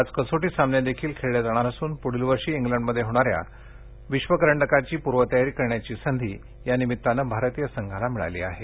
पाच कसोटी सामने देखील खेळले जाणार असून पुढील वर्षी इंग्लंडमध्ये होणाऱ्या विश्व करंडकाची पूर्व तयारी करण्याची संधी यानिमित्ताने भारतीय संघाला मिळाली आहे